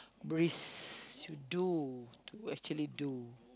brisk you do you actually do